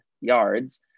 yards